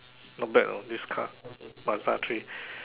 not bad know this car Mazda three